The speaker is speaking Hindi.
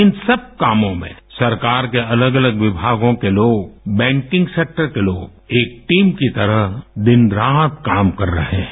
इन सब कामों मेंए सरकार के अलग अलग विभागों के लोगए बैंकिंग सेक्टर के लोगए एक जमंउ की तरह दिन रात काम कर रहे हैं